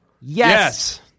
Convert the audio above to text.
Yes